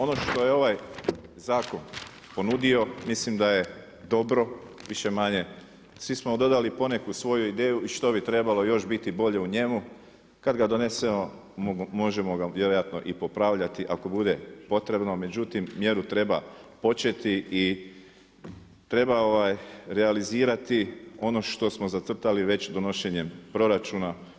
Ono što je ovaj zakon ponudio, mislim da je dobro više-manje, svi smo dodali poneku svoju ideju i što bi trebalo još biti bolje u njemu, kada ga donesemo možemo ga vjerojatno i popravljati ako bude potrebno, međutim mjeru treba početi i treba realizirati ono što smo zacrtali već donošenjem proračuna.